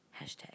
Hashtag